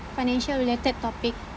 financial related topic